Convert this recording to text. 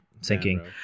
sinking